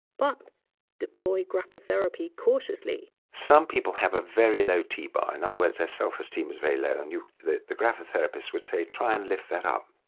but deploy graphotherapy cautiously some people have a very low t bar. in other words, their self-esteem is very low. and the the graphotherapist would say, try and lift that up,